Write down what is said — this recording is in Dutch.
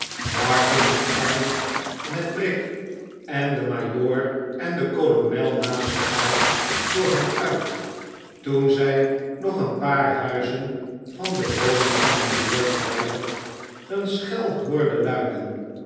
martin gearmd met brick en de majoor en de kolonel naast elkaar voor hen uit r toen zij nog een paar huizen van de woning van den majoor verwijderd een schel hoorden luiden